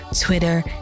Twitter